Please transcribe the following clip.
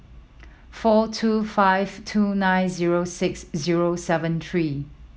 four two five two nine zero six zero seven three